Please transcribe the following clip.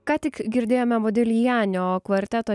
ką tik girdėjome modiljanio kvarteto